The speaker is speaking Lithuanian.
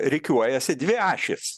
rikiuojasi dvi ašys